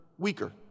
weaker